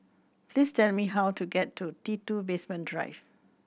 please tell me how to get to T Two Basement Drive